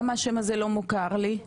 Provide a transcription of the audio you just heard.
למה השם הזה לא מוכר לי?